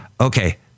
Okay